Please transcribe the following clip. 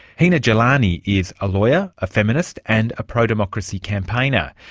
hina jilani is a lawyer, a feminist and a pro-democracy campaigner.